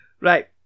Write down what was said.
Right